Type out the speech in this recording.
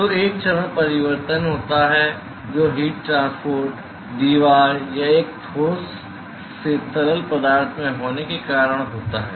तो एक चरण परिवर्तन होता है जो हीट ट्रांसपोर्ट दीवार या एक ठोस से तरल पदार्थ में होने के कारण होता है